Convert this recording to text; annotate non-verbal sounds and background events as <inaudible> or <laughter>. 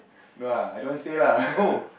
no ah I don't want say lah <laughs>